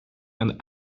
and